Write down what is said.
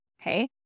Okay